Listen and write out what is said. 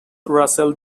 russell